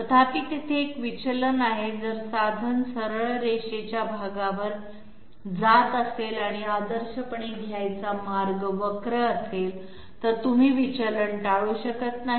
तथापि तेथे एक विचलन आहे जर साधन सरळ रेषेच्या भागांवर जात असेल आणि आदर्शपणे घ्यायचा मार्ग कर्वीलिनीअर असेल तर तुम्ही विचलन टाळू शकत नाही